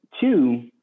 two